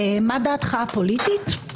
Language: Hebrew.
מה דעתך הפוליטי?